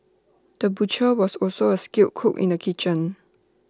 the butcher was also A skilled cook in the kitchen